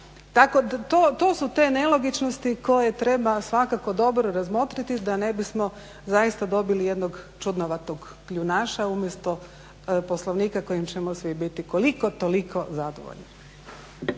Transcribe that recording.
Tako to su te nelogičnosti koje treba svakako dobro razmotriti da ne bismo zaista dobili jednog čudnovatog kljunaša umjesto Poslovnika kojim ćemo svi biti koliko toliko zadovoljni.